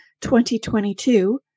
2022